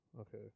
Okay